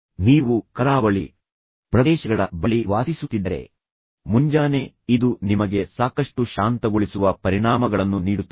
ಆದ್ದರಿಂದ ಸಮುದ್ರದ ಸುತ್ತಲೂ ನಡೆಯುವುದು ಉದಾಹರಣೆಗೆ ನೀವು ಕರಾವಳಿ ಪ್ರದೇಶಗಳ ಬಳಿ ವಾಸಿಸುತ್ತಿದ್ದರೆ ಮುಂಜಾನೆ ಇದು ನಿಮಗೆ ಸಾಕಷ್ಟು ಶಾಂತಗೊಳಿಸುವ ಪರಿಣಾಮಗಳನ್ನು ನೀಡುತ್ತದೆ